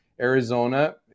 Arizona